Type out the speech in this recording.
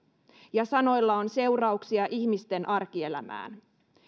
ja sanoilla on seurauksia ihmisten arkielämään